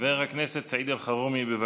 חבר הכנסת סעיד אלחרומי, בבקשה.